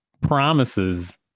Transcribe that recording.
promises